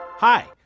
hi,